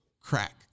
Crack